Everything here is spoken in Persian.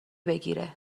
بگیره